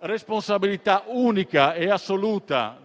responsabilità unica e assoluta